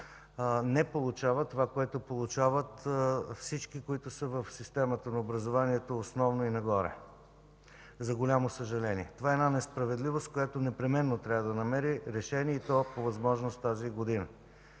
не получават това, което получават всички, които са в системата на образованието – основно и нагоре, за голямо съжаление. Това е една несправедливост, която непременно трябва да намери решение, и то по възможност тази година.